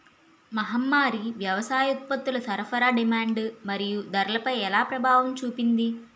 మహమ్మారి వ్యవసాయ ఉత్పత్తుల సరఫరా డిమాండ్ మరియు ధరలపై ఎలా ప్రభావం చూపింది?